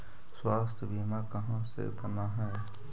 स्वास्थ्य बीमा कहा से बना है?